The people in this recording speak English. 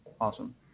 Awesome